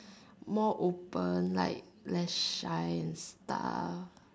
more open like less shy and stuff